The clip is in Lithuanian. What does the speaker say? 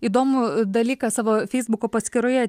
įdomų dalyką savo feisbuko paskyroje